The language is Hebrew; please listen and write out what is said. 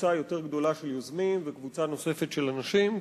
קבוצה יותר גדולה של יוזמים וקבוצה נוספת של אנשים,